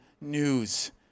news